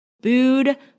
booed